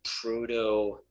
proto-